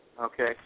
Okay